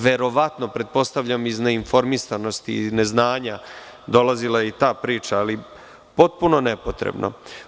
Verovatno, pretpostavljam iz neinformisanosti i iz neznanja dolazila je i ta priča, ali potpuno nepotrebno.